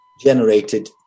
generated